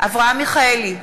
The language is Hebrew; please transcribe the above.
אברהם מיכאלי,